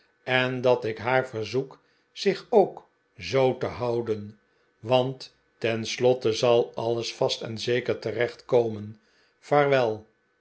en dat ik haar verzoek zich ook zoo te houden want tenslotte zal alles vast en zeker terecht komen vaarwel